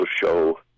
show